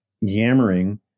yammering